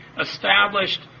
established